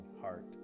heart